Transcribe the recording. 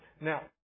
now